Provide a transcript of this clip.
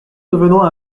devenant